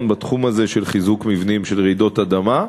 בתחום הזה של חיזוק מבנים נגד רעידות אדמה.